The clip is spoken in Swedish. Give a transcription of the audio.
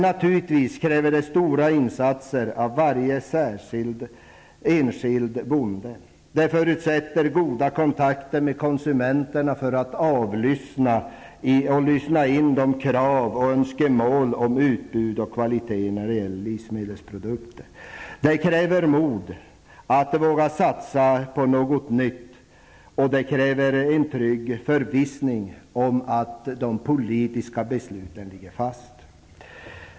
Naturligtvis krävs stora insatser av varje enskild bonde. Det förutsätter goda kontakter med konsumenterna för att kunna få reda på deras krav, önskemål om utbud och kvalitet när det gäller livsmedelsprodukter. Det krävs mod för att våga satsa på något nytt. Detta kräver en trygg förvissning om att de politiska besluten ligger fast.